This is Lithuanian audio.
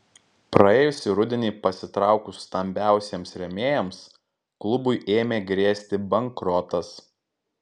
praėjusį rudenį pasitraukus stambiausiems rėmėjams klubui ėmė grėsti bankrotas